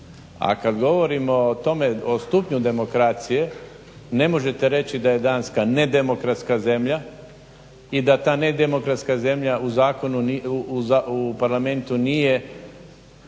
A kad govorimo o tome, o stupnju demokracije ne možete reći da je Danska nedemokratska zemlja i da ta nedemokratska zemlja u Parlamentu nije